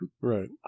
Right